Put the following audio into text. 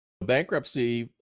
bankruptcy